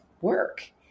work